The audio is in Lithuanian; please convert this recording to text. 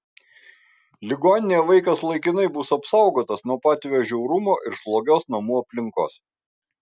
ligoninėje vaikas laikinai bus apsaugotas nuo patėvio žiaurumo ir slogios namų aplinkos